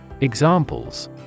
Examples